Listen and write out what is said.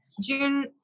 June